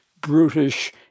brutish